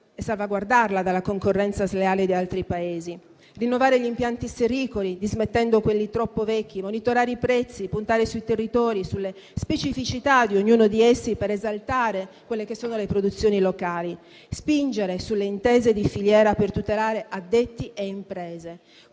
salvaguardare il comparto dalla concorrenza sleale di altri Paesi, rinnovare gli impianti serricoli dismettendo quelli troppo vecchi, monitorare i prezzi, puntare sui territori, sulle specificità di ognuno di essi per esaltare le produzioni locali; spingere sulle intese di filiera per tutelare addetti e imprese;